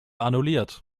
annulliert